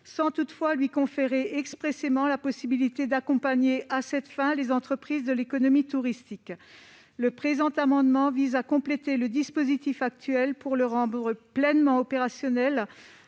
sans toutefois lui conférer expressément la possibilité d'accompagner à cette fin les entreprises de l'économie touristique. Le présent amendement vise à compléter le dispositif actuel pour le rendre pleinement opérationnel